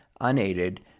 unaided